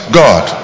god